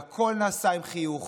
והכול נעשה עם חיוך